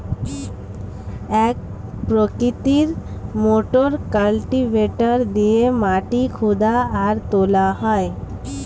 এক প্রকৃতির motor cultivator দিয়ে মাটি হুদা আর তোলা হয়